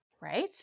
Right